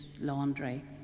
laundry